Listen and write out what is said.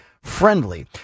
friendly